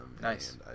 Nice